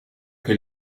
che